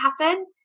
happen